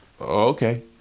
Okay